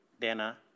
Dana